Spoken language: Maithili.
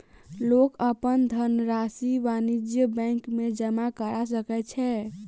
लोक अपन धनरशि वाणिज्य बैंक में जमा करा सकै छै